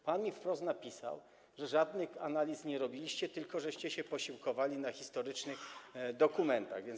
Pan mi wprost napisał, że żadnych analiz nie robiliście, tylko się posiłkowaliście historycznymi dokumentami.